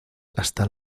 hasta